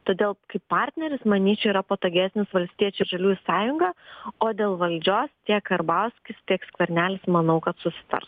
todėl kaip partneris manyčiau yra patogesnis valstiečių ir žaliųjų sąjunga o dėl valdžios tiek karbauskis tiek skvernelis manau kad susitars